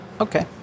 Okay